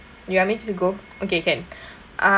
you want me to go okay can uh